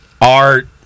Art